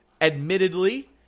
Admittedly